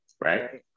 right